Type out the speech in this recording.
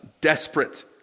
desperate